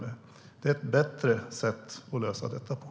Det är ett bättre sätt att lösa detta på.